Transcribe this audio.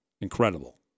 incredible